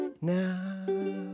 now